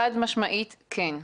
חד משמעית כן.